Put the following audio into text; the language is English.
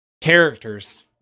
characters